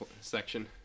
section